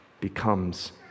becomes